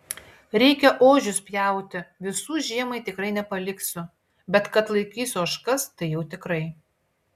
reikia ožius pjauti visų žiemai tikrai nepaliksiu bet kad laikysiu ožkas tai jau tikrai